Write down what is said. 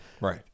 right